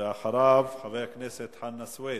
ואחריו, חבר הכנסת חנא סוייד,